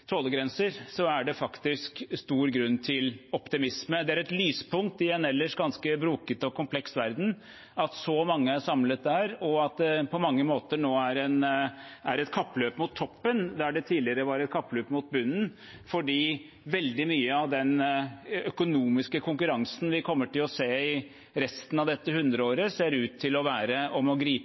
er det faktisk stor grunn til optimisme. Det er et lyspunkt i en ellers ganske brokete og kompleks verden at så mange er samlet der, og at det på mange måter nå er et kappløp mot toppen der det tidligere var et kappløp mot bunnen, fordi veldig mye av den økonomiske konkurransen vi kommer til å se i resten av dette hundreåret, ser ut til å være om å gripe